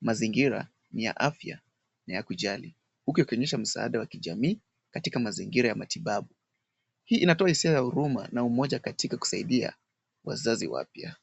Mazingira ni ya afya na ya kujali, huku yakionyesha msaada wa kijamii katika mazingira ya kimatibabu. Hii inatoa hisia ya huruma na umoja katika kusaidia wazazi wapya.